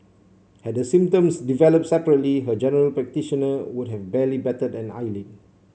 had the symptoms developed separately her general practitioner would have barely batted an eyelid